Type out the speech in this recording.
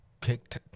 Kicked